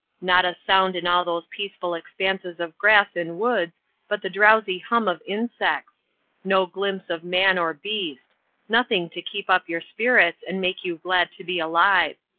not a sound in all those peaceful expanses of grass and woods but the drowsy hum of insects no glimpse of man or beast nothing to keep up your spirits and make you glad to be alive.